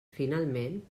finalment